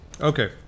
okay